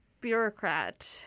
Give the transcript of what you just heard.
bureaucrat